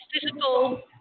physical